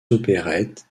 opérettes